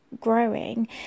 growing